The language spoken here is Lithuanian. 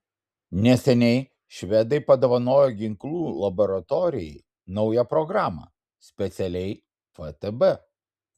neseniai švedai padovanojo ginklų laboratorijai naują programą specialiai ftb